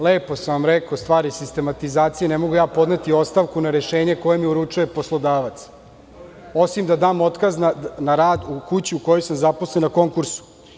Lepo sam vam rekao, stvar je sistematizacije i ne mogu ja podneti ostavku na rešenje koje mi uručuje poslodavac, osim da dam otkaz na rad u kući u kojoj sam zaposlen na konkursu.